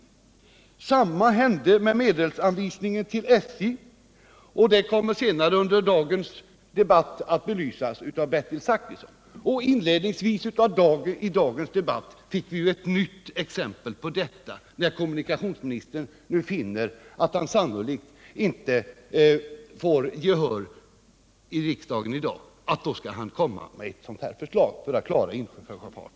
Detsamma hände med medelsanvisningen till SJ, vilket senare under dagens debatt kommer att belysas av Bertil Zachrisson. Vid inledningen till dagens debatt fick vi ett nytt exempel. När kommunikationsministern finner att han sannolikt inte får gehör i riksdagen i dag, tänker han komma med ett förslag för att klara insjöfartens problem.